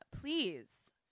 please